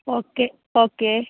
okay okay